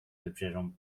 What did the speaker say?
wybrzeżom